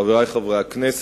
חברי חברי הכנסת,